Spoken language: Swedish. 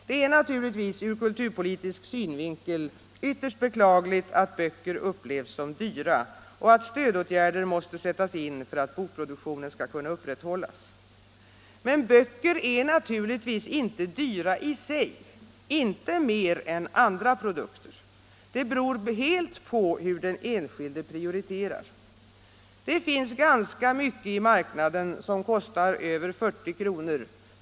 Det är naturligtvis ur kulturpolitisk synvinkel ytterst beklagligt att böcker upplevs som dyra och att stödåtgärder måste sättas in för att bokproduktionen skall kunna upprätthållas. Men böcker är inte dyra i sig, inte mer än andra produkter. Det beror helt på hur den enskilde prioriterar. Det finns ganska mycket i marknaden som kostar över 40 kr.